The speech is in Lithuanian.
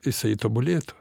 jisai tobulėtų